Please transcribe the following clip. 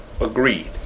Agreed